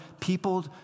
people